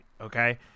okay